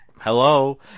Hello